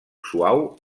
suau